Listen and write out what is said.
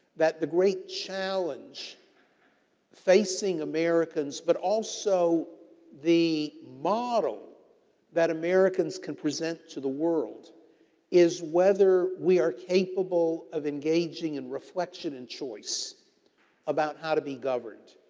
that the great challenge facing americans but also the model that americans can present to the world is whether we are capable of engaging in reflection and choice about how to be governed.